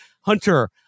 Hunter